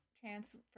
transfer